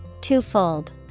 Twofold